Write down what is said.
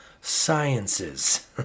sciences